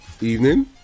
evening